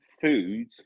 food